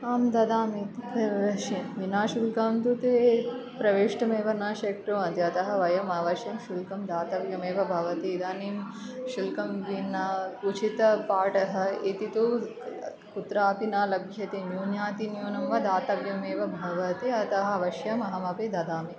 आं ददामि विनाशुल्कं इत्युक्ते प्रवेष्टुमेव न शक्नुवन्ति अतः वयम् अवश्यं शुल्कं दातव्यमेव भवती इदानीं शुल्कं विना उचितपाटः इति तु कुत्रापि न लभ्यते न्यून्यातिन्यूनम् वा दातव्यमेव भवति अतः अवश्यम् अहमपि ददामि